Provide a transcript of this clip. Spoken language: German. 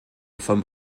vom